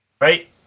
right